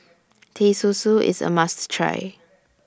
Teh Susu IS A must Try